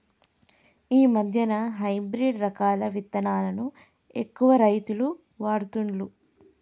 ఈ మధ్యన హైబ్రిడ్ రకాల విత్తనాలను ఎక్కువ రైతులు వాడుతుండ్లు